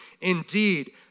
Indeed